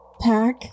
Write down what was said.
pack